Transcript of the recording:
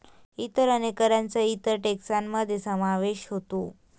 इतर अनेक करांचा इतर टेक्सान मध्ये समावेश होतो